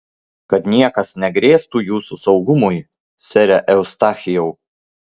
kad niekas negrėstų jūsų saugumui sere eustachijau